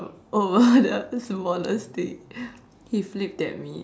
over the smallest thing he flipped at me